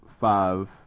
five